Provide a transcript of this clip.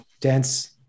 dense